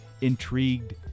intrigued